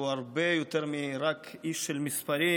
שהוא הרבה יותר מרק איש של מספרים.